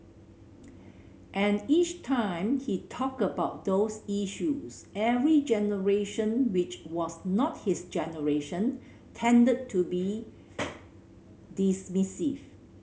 and each time he talked about those issues every generation which was not his generation tended to be dismissive